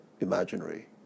imaginary